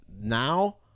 now